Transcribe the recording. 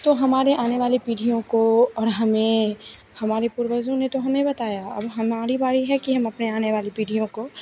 तो हमारे आने वाले पीढ़ियों को और हमें हमारे पूर्वजों ने तो हमें बताया अब हमारी बारी है कि हम अपने आने वाली पीढ़ियों को